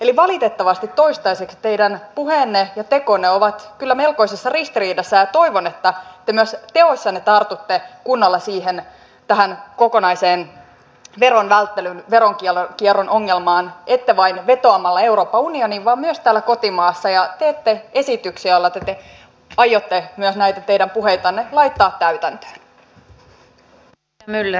eli valitettavasti toistaiseksi teidän puheenne ja tekonne ovat kyllä melkoisessa ristiriidassa ja toivon että te myös teoissanne tartutte kunnolla tähän kokonaiseen veronvälttelyn veronkierron ongelmaan ette vain vetoamalla euroopan unioniin vaan myös täällä kotimaassa ja teette esityksiä joilla te aiotte näitä teidän puheitanne myös laittaa täytäntöön